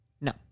No